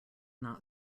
not